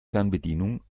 fernbedienung